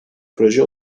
proje